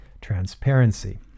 transparency